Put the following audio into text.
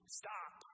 stop